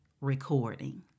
recording